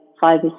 five